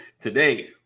today